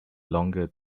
longer